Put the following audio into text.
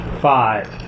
five